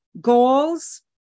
goals